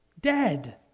Dead